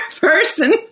person